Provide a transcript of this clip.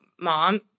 mom